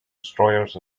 destroyers